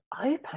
open